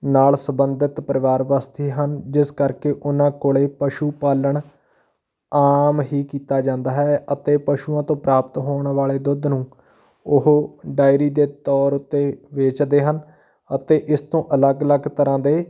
ਨਾਲ ਸੰਬੰਧਿਤ ਪਰਿਵਾਰ ਵੱਸਦੇ ਹਨ ਜਿਸ ਕਰਕੇ ਉਹਨਾਂ ਕੋਲ ਪਸ਼ੂ ਪਾਲਣ ਆਮ ਹੀ ਕੀਤਾ ਜਾਂਦਾ ਹੈ ਅਤੇ ਪਸ਼ੂਆਂ ਤੋਂ ਪ੍ਰਾਪਤ ਹੋਣ ਵਾਲੇ ਦੁੱਧ ਨੂੰ ਉਹ ਡਾਇਰੀ ਦੇ ਤੌਰ ਉੱਤੇ ਵੇਚਦੇ ਹਨ ਅਤੇ ਇਸ ਤੋਂ ਅਲੱਗ ਅਲੱਗ ਤਰ੍ਹਾਂ ਦੇ